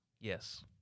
yes